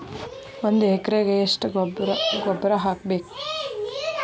ಒಂದ್ ಎಕರೆಗೆ ಎಷ್ಟ ಗೊಬ್ಬರ ಹಾಕ್ಬೇಕ್?